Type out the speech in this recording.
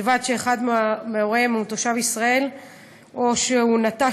ובלבד שאחד מהוריהם הוא תושב ישראל או שהוא נטש